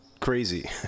crazy